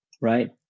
right